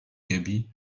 gaby